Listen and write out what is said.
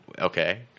Okay